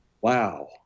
Wow